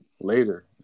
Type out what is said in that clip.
later